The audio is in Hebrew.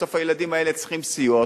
בסוף הילדים האלה צריכים סיוע.